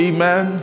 Amen